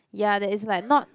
ya that it's like not